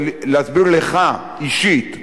להסביר לך אישית.